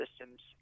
systems